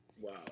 Wow